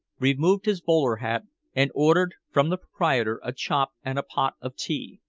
removed his bowler hat and ordered from the proprietor a chop and a pot of tea.